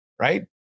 Right